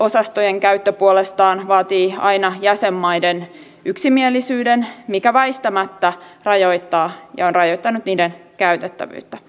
taisteluosastojen käyttö puolestaan vaatii aina jäsenmaiden yksimielisyyden mikä väistämättä rajoittaa ja on rajoittanut niiden käytettävyyttä